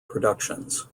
productions